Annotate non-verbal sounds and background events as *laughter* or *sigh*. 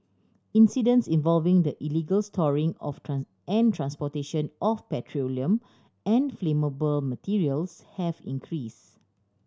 incidents involving the illegal storing of *unintelligible* and transportation of petroleum and flammable materials have increased